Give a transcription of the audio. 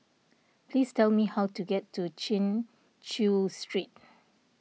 please tell me how to get to Chin Chew Street